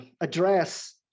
address